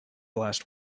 last